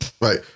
Right